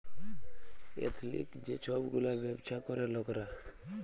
এথলিক যে ছব গুলা ব্যাবছা ক্যরে লকরা